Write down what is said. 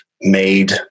made